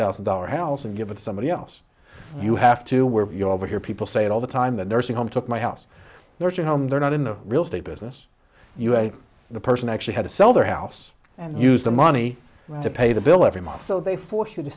thousand dollars house and give it to somebody else you have to work you over hear people say it all the time the nursing home took my house there's your home they're not in the real estate business you have the person actually had to sell their house and use the money to pay the bill every month so they force you to